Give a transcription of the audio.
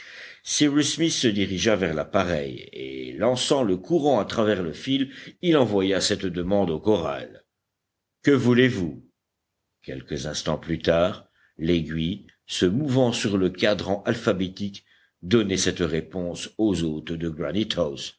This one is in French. smith se dirigea vers l'appareil et lançant le courant à travers le fil il envoya cette demande au corral que voulez-vous quelques instants plus tard l'aiguille se mouvant sur le cadran alphabétique donnait cette réponse aux hôtes de